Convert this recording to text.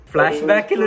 Flashback